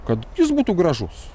kad jis būtų gražus